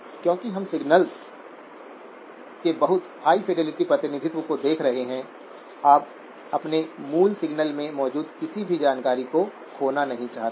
क्योंकि हम सिग्नल्स के बहुत हाई फिडेलिटी प्रतिनिधित्व को देख रहे हैं आप अपने मूल सिग्नल में मौजूद किसी भी जानकारी को खोना नहीं चाहते हैं